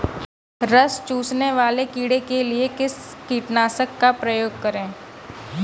रस चूसने वाले कीड़े के लिए किस कीटनाशक का प्रयोग करें?